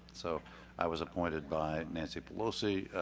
so i was appointed by nancy pelosi.